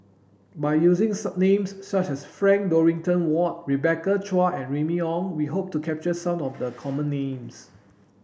by using names such as Frank Dorrington Ward Rebecca Chua and Remy Ong we hope to capture some of the common names